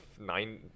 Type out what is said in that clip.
nine